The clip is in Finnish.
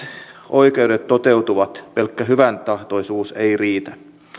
oikeudet toteutuvat pelkkä hyväntahtoisuus ei riitä